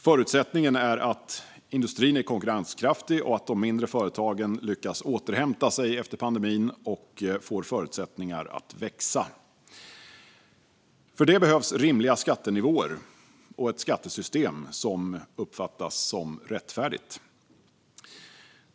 Förutsättningen är att industrin är konkurrenskraftig och att de mindre företagen lyckas återhämta sig efter pandemin och får förutsättningar att växa. För det behövs rimliga skattenivåer och ett skattesystem som uppfattas som rättvist.